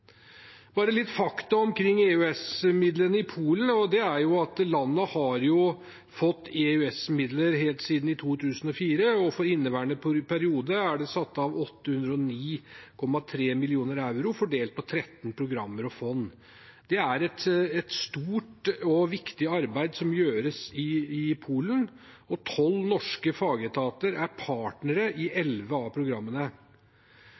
Bare litt fakta omkring EØS-midlene i Polen: Landet har fått EØS-midler helt siden i 2004, og for inneværende periode er det satt av 809,3 millioner euro, fordelt på 13 programmer og fond. Det er et stort og viktig arbeid som gjøres i Polen, og tolv norske fagetater er partnere i